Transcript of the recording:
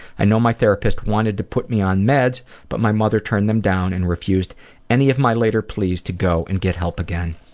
i know my therapist wanted to put me on meds but my mother turned them down and refused any of my later pleas to go and get help again.